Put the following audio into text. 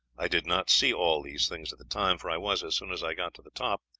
i did not see all these things at the time, for i was, as soon as i got to the top,